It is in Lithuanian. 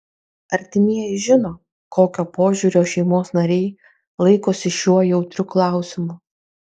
artimieji žino kokio požiūrio šeimos nariai laikosi šiuo jautriu klausimu